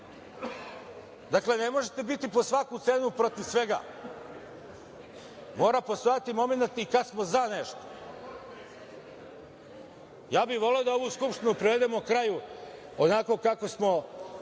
Dakle, ne možete biti po svaku cenu protiv svega. Mora postojati i momenat kada smo za nešto. Ja bih voleo da ovu Skupštinu privedemo kraju onako kako smo